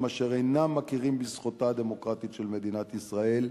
אשר אינם מכירים בזכותה הדמוקרטית של מדינת ישראל,